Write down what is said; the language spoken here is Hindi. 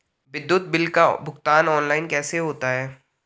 विद्युत बिल का भुगतान ऑनलाइन कैसे होता है?